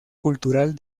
cultural